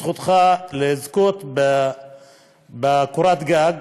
זכותך לזכות בקורת גג,